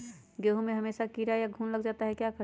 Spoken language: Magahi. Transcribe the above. गेंहू में हमेसा कीड़ा या घुन लग जाता है क्या करें?